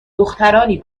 دخترانی